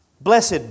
Blessed